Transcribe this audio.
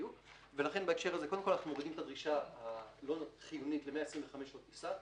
לכן קודם כל אנחנו מורידים את הדרישה הלא חיונית ל-125 שעות טיסה,